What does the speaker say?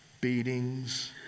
beatings